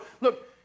look